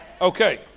Okay